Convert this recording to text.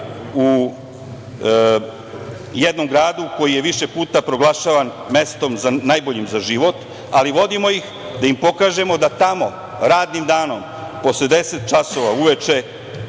u jednom gradu koji je više puta proglašavan mestom najboljim za život, ali vodimo ih da im pokažemo da tamo radnim danom posle 10 časova uveče